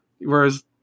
Whereas